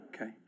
Okay